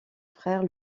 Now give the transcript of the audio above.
frère